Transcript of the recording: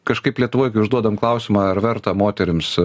kažkaip lietuvoj kai užduodam klausimą ar verta moterims